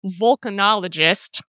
volcanologist